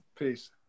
Peace